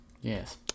Yes